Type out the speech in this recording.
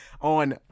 on